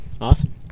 Awesome